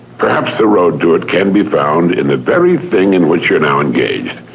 perhaps the road to it can be found in the very thing in which you're now engaged.